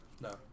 No